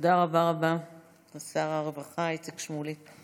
תודה רבה רבה לשר הרווחה איציק שמולי.